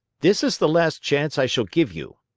this is the last chance i shall give you.